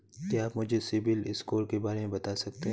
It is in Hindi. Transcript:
क्या आप मुझे सिबिल स्कोर के बारे में बता सकते हैं?